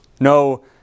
No